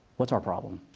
what's our problem?